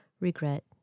regret